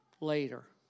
later